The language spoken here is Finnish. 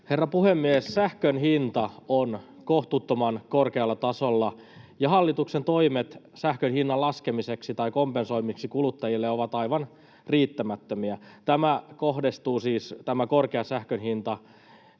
Herra puhemies! Sähkön hinta on kohtuuttoman korkealla tasolla, ja hallituksen toimet sähkön hinnan laskemiseksi tai kompensoimiseksi kuluttajille ovat aivan riittämättömiä. Tämä korkea sähkön hinta kohdistuu siis